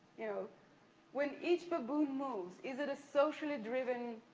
you know when each baboon moves, is it a socially-driven,